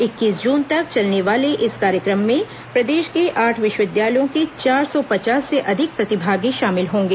इक्कीस जून तक चलने वाले इस कार्यक्रम में प्रदेश के आठ विश्वविद्यालयों के चार सौ पचास से अधिक प्रतिभागी शामिल होंगे